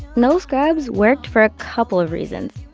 no scrubs worked for a couple of reasons.